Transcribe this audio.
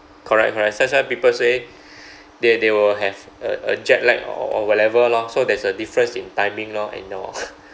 correct correct that's why people say they they will have a a jet lag or or whatever lor so there's a difference in timing lor and your